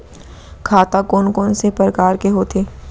खाता कोन कोन से परकार के होथे?